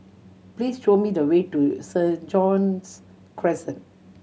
please show me the way to Saint John's Crescent